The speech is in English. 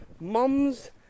mums